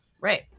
Right